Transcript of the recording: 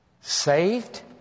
Saved